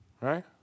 Right